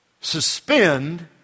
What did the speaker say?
suspend